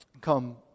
Come